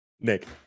nick